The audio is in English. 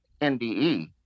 NDE